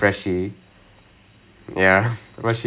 oh my okay eh